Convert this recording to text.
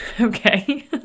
Okay